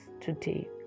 today